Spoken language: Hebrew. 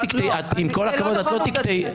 זה פשוט לא נכון עובדתית.